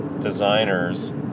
designers